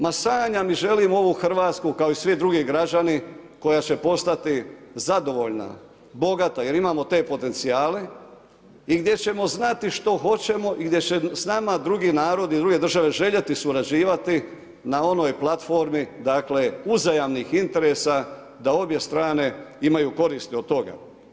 Ma sanjam i želim ovu Hrvatsku kao i svi drugi građani koja će postati zadovoljna, bogata jer imamo te potencijale i gdje ćemo znati što hoćemo i gdje će s nama drugi narodi, druge države željeti surađivati na onoj platformi, dakle uzajamnih interesa da obje strane imaju koristi od toga.